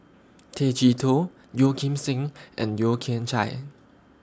Tay Chee Toh Yeo Kim Seng and Yeo Kian Chye